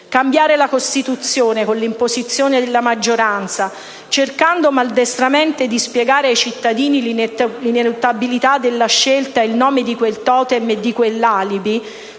Cambiare la Costituzione con l'imposizione della maggioranza, cercando maldestramente di spiegare ai cittadini l'ineluttabilità della scelta in nome di quel *totem* e di quell'alibi,